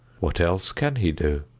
what else can he do?